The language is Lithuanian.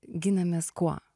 ginamės kuo